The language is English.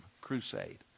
crusade